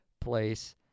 place